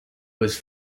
was